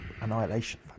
Annihilation